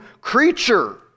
creature